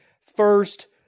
first